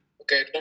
Okay